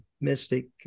mystic